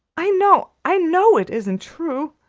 i know, i know it isn't true!